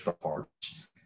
parts